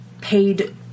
paid